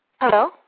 Hello